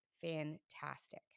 fantastic